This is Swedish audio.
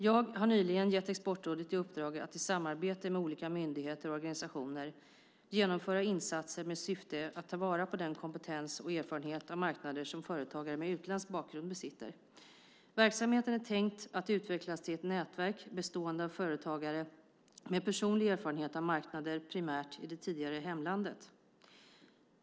Jag har nyligen gett Exportrådet i uppdrag att i samarbete med olika myndigheter och organisationer genomföra insatser med syfte att ta vara på den kompetens och erfarenhet av marknader som företagare med utländsk bakgrund besitter. Verksamheten är tänkt att utvecklas till ett nätverk bestående av företagare med personlig erfarenhet av marknader, primärt i det tidigare hemlandet.